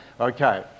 Okay